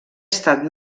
estat